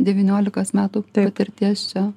devyniolikos metų patirties čia